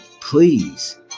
please